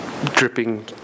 dripping